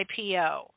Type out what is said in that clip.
IPO